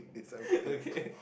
okay